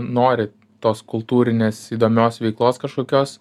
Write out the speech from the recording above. nori tos kultūrinės įdomios veiklos kažkokios